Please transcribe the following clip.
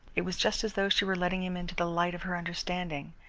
it was just as though she were letting him into the light of her understanding,